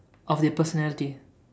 of their personality